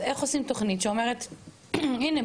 אז איך עושים תוכנית שאומרת: ״הנה,